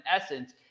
essence